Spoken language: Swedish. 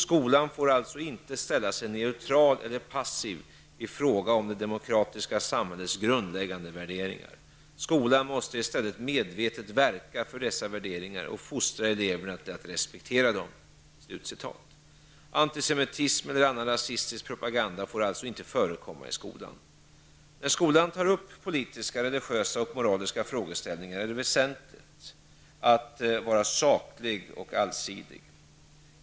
Skolan får alltså inte ställa sig neutral eller passiv i fråga om det demokratiska samhällets grundläggande värderingar. Skolan måste i stället medvetet verka för dessa värderingar och fostra eleverna till att respektera dem.'' Antisemitism eller annan rasistisk propaganda får alltså inte förekomma i skolan. När skolan tar upp politiska, religiösa och moraliska frågeställningar är det väsentligt att vara saklig och allsidig.